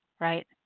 right